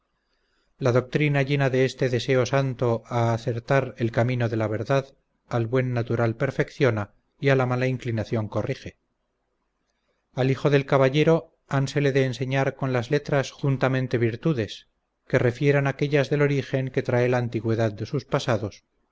la doctrina llena de este deseo santo a acertar el camino de la verdad al buen natural perfecciona y a la mala inclinación corrige al hijo del caballero hánsele de enseñar con las letras juntamente virtudes que refieran aquellas del origen que trae la antigüedad de sus pasados